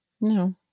No